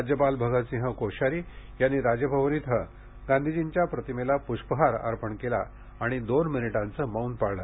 राज्यपाल भगतसिंह कोश्यारी यांनी राजभवन येथे गांधींच्या प्रतिमेला पुष्पहार अर्पण केला आणि दोन मिनिटांचे मौन पाळले